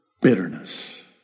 bitterness